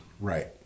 Right